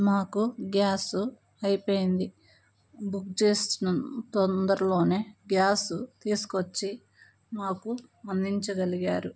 మాకు గ్యాస్ అయిపోయింది బుక్ చేశాము తొందరలోనే గ్యాస్ తీసుకొచ్చి మాకు అందించగలిగారు